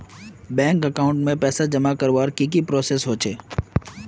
Bank account में पैसा जमा करवार की की प्रोसेस होचे?